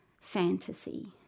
fantasy